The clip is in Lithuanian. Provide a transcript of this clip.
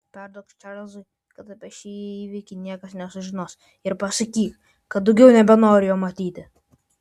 perduok čarlzui kad apie šį įvykį niekas nesužinos ir pasakyk kad daugiau nebenoriu jo matyti